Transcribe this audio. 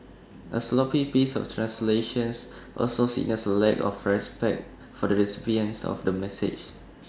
A sloppy piece of translation also signals A lack of respect for the recipient of the message